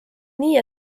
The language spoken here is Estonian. nii